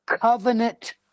covenant